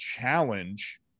challenge